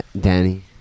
Danny